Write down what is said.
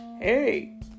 Hey